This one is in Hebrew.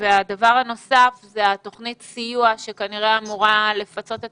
הדבר הנוסף הוא תוכנית הסיוע שכנראה אמורה לפצות את